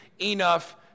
enough